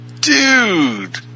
Dude